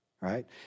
right